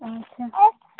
ᱟᱪᱪᱷᱟ